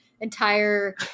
entire